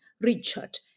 Richard